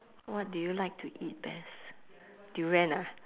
what do you like to eat best durian ah